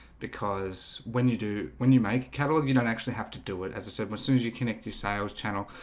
because when you do when you make catalog you don't actually have to do it as a circle as soon as you connect your sales channel,